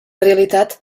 realitat